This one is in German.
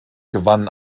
gewannen